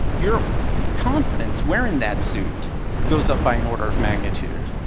your confidence wearing that suit goes up by an order of magnitude.